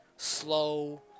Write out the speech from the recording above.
slow